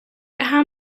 how